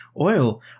oil